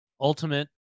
Ultimate